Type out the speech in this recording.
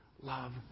love